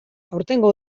aurtengo